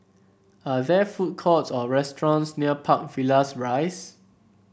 are there food courts or restaurants near Park Villas Rise